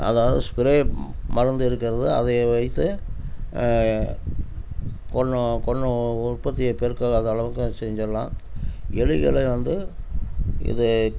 அதாவது ஸ்ப்ரே மருந்து இருக்கிறது அதை வைத்து கொன்று கொன்று உற்பத்தியை பெருக்காத அதை அளவுக்கு அதை செஞ்சிடலாம் எலிகளை வந்து இது